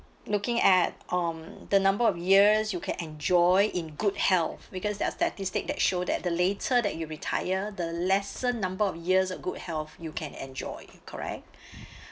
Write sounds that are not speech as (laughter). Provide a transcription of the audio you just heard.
looking at um the number of years you can enjoy in good health because there are statistics that show that the later that you retire the lesser number of years of good health you can enjoy correct (breath)